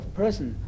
person